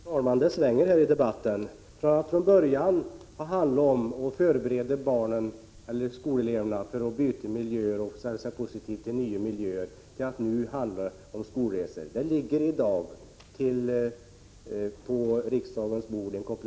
Fru talman! Det svänger i debatten. Från att från början ha handlat om att förbereda skoleleverna för miljöbyten och göra dem positiva till nya miljöer, handlar nu debatten om skolresor. Det ligger i dag en kompletteringsproposition på riksdagens bord. Om = Prot.